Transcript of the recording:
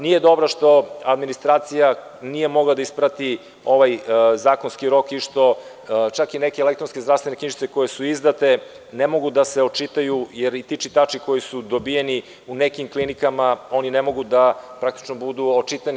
Nije dobro što administracija nije mogla da isprati ovaj zakonski rok i što neke elektronske zdravstvene knjižice, koje su izdate, ne mogu da se očitaju, jer i ti čitači, koji su dobijeni u nekim klinikama, ne mogu da budu očitani.